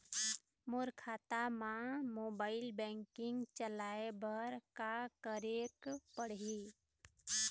मोर खाता मा mobile banking चलाए बर का करेक पड़ही?